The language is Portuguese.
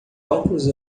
óculos